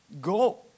Go